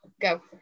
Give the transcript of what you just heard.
go